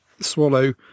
swallow